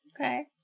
Okay